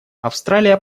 австралия